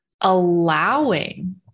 allowing